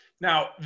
now